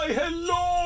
hello